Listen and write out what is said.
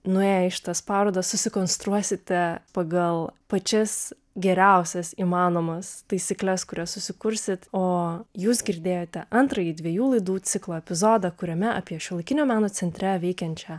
nuėję į šitas parodas susikonstruosite pagal pačias geriausias įmanomas taisykles kurias susikursit o jūs girdėjote antrąjį dviejų laidų ciklo epizodą kuriame apie šiuolaikinio meno centre veikiančią